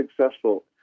successful